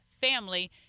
family